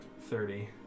thirty